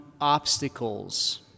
obstacles